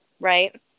right